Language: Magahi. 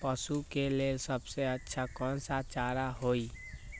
पशु के लेल सबसे अच्छा कौन सा चारा होई?